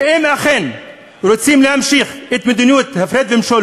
ואם אכן רוצים להמשיך את מדיניות ההפרד ומשול,